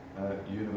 University